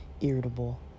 irritable